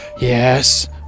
yes